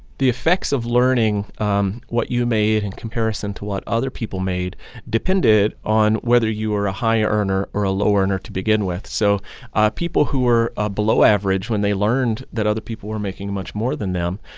the effects of learning um what you made in comparison to what other people made depended on whether you were a high earner or a low earner to begin with. so people who were ah below average, when they learned that other people were making much more than them,